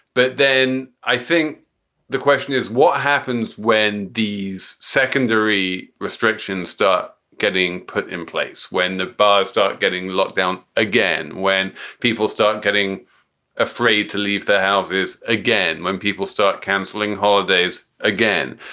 but then i think the question is what happens when these secondary restrictions start getting put in place, when the buyers start getting locked down again? when people start getting afraid to leave their houses again? when people start canceling holidays again,